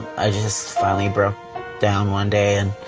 i just finally broke down one day and